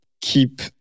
keep